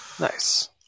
Nice